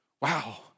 Wow